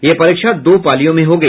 ये परीक्षा दो पालियों में होगी